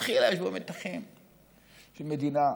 מלכתחילה יש בו מתחים של מדינת